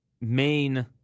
main